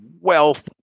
wealth